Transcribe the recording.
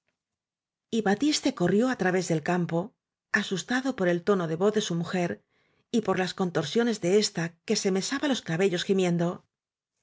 y batiste corrió á través del campo asus tado por el tono de voz de su mujer y por las contorsiones de ésta que se mesaba los cabellos súmiendo